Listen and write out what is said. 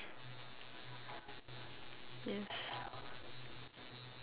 yes